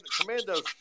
Commando's